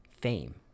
Fame